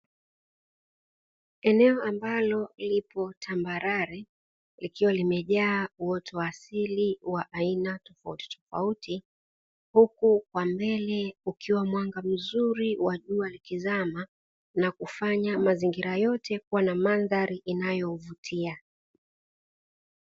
Eneo ambalo lipo tambarare, likiwa limejaa uoto wa asili wa aina tofauti tofauti huku kwa mbele kukiwa mwanga mzuri wa jua likizama na kufanya mazingira yote kuwa na mandhari inayovutia.